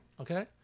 Okay